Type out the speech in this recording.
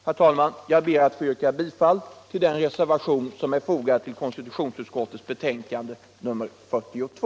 Herr talman! Jag yrkar bifall till den reservation som är fogad till konstitutionsutskottets betänkande nr 42.